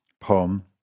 poem